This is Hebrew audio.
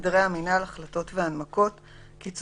סדרי המינהל (החלטות והנמקות) (תיקון,